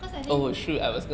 cause I think